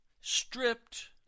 stripped